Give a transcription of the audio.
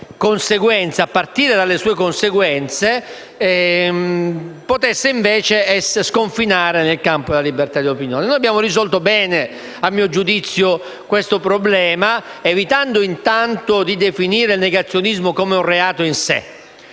a partire dalle sue conseguenze, potesse invece sconfinare nel campo della libertà di opinione. A mio giudizio, abbiamo risolto bene questo problema, evitando di definire il negazionismo come un reato in sé.